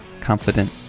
confident